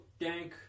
dank